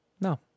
No